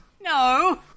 No